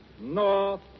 north